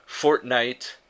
Fortnite